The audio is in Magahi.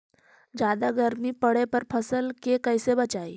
जादा गर्मी पड़े पर फसल के कैसे बचाई?